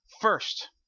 First